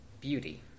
beauty